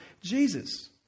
Jesus